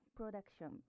production